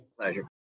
Pleasure